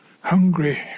hungry